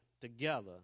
together